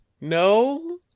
No